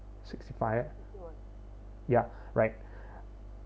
sixty five ya right